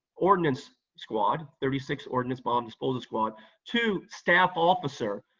ordnance squad, thirty sixth ordnance bomb disposal squad to staff officer,